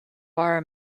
bar